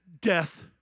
death